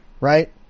right